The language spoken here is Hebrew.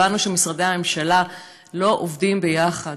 הבנו שמשרדי הממשלה לא עובדים יחד,